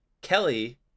Kelly